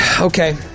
Okay